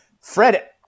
Fred